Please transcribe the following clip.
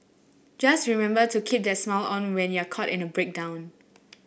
just remember to keep that smile on when you're caught in a breakdown